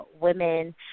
women